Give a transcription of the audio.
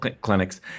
clinics